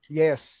yes